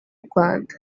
rwanda